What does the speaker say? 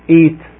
eat